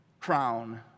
crown